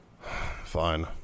fine